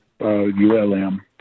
ULM